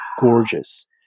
gorgeous